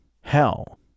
Hell